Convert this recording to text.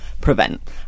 prevent